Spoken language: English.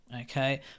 okay